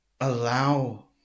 allow